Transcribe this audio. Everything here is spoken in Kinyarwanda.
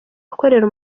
akorera